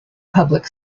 public